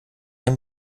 dem